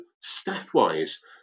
staff-wise